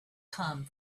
come